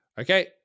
Okay